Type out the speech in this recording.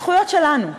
הזכויות שלנו.